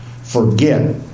forget